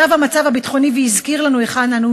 שב המצב הביטחוני והזכיר לנו היכן אנו